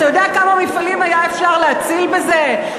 אתה יודע כמה מפעלים היה אפשר להציל בזה?